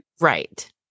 Right